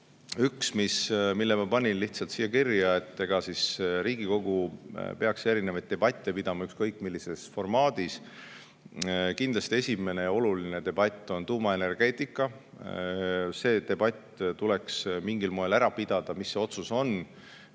Üks, mille ma panin lihtsalt siia kirja. Eks Riigikogu peaks erinevaid debatte pidama ükskõik millises formaadis. Kindlasti esimene ja oluline debatt on tuumaenergeetika. See debatt tuleks mingil moel ära pidada, mis see otsus on.